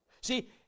See